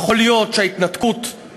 יכול להיות, אבל,